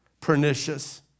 pernicious